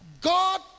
God